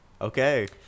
Okay